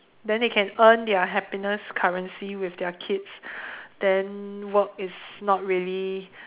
then they can earn their happiness currency with their kids then work is not really